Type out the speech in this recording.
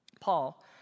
Paul